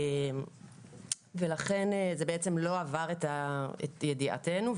זה לא עבר את ידיעתנו,